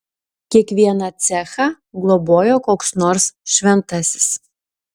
kiekvieną cechą globojo koks nors šventasis